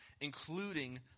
including